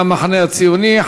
מהמחנה הציוני,